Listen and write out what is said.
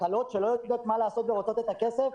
הכלות שלא יודעות מה לעשות לא יבקשו את הכסף,